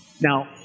Now